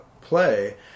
play